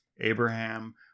Abraham